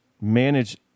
manage